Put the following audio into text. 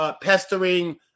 pestering